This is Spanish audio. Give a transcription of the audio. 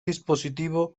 dispositivo